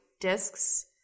discs